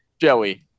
Joey